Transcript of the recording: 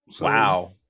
Wow